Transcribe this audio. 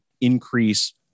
increase